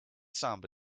samba